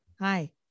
hi